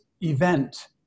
event